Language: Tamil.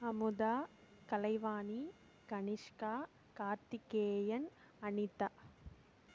அமுதா கலைவாணி கனிஷ்கா கார்த்திகேயன் அனிதா